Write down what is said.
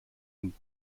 dem